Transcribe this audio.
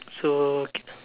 so